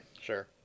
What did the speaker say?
Sure